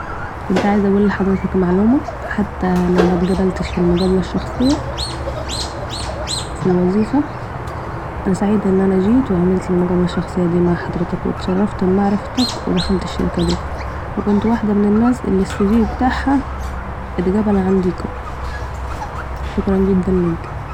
كنت عايزه أقول لحضرتك معلومه حتي لو متقبلتش في المقابله الشخصيه *( الوظيفه) أنا سعيدة اننا جيت و عملت المقابله الشخصيه مع حضرتك و اتشرفت بمعرفتك و دخلت الشركه دي و كنت وحده من الناس الي السي في بتاعها اتقبل عنديكم ، شكراً جداً ليك